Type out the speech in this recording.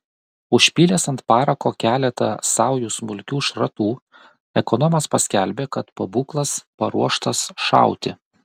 užpylęs ant parako keletą saujų smulkių šratų ekonomas paskelbė kad pabūklas paruoštas šauti